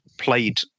played